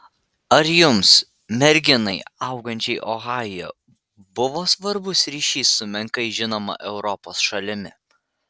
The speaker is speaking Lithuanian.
ar jums merginai augančiai ohajuje buvo svarbus ryšys su menkai žinoma europos šalimi